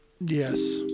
yes